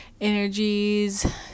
energies